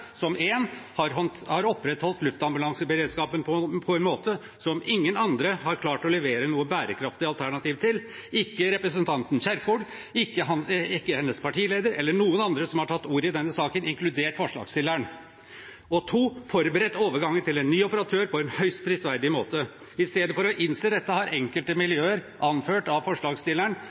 som ingen andre har klart å levere noe bærekraftig alternativ til – ikke representanten Kjerkol, ikke hennes partileder eller noen andre som har tatt ordet i denne saken, inkludert forslagsstilleren – og for det andre har forberedt overgangen til en ny operatør på en høyst prisverdig måte. I stedet for å innse dette har enkelte miljøer, anført av forslagsstilleren,